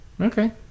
Okay